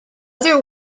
other